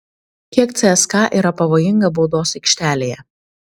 kiek cska yra pavojinga baudos aikštelėje